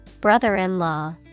brother-in-law